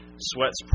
sweat's